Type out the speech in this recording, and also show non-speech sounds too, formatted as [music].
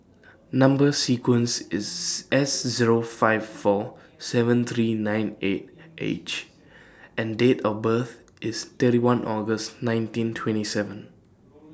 Number sequence IS [noise] S Zero five four seven three nine eight H and Date of birth IS thirty one August nineteen twenty seven